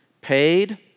Paid